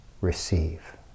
receive